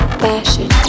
passion